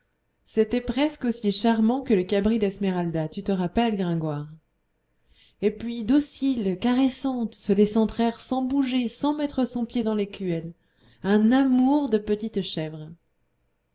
c'était presque aussi charmant que le cabri d'esméralda tu te rappelles gringoire et puis docile caressante se laissant traire sans bouger sans mettre son pied dans l'écuelle un amour de petite chèvre